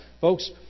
Folks